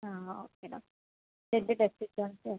ആ okay doctor blood test ചെയ്തിട്ട്